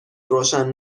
روشن